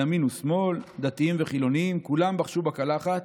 ימין ושמאל, דתיים וחילונים, כולם בחשו בקלחת.